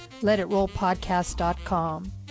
letitrollpodcast.com